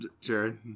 Jared